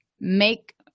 make